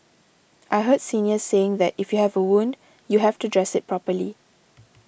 I heard seniors saying that if you have a wound you have to dress it properly